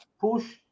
push